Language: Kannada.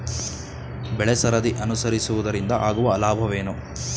ಬೆಳೆಸರದಿ ಅನುಸರಿಸುವುದರಿಂದ ಆಗುವ ಲಾಭವೇನು?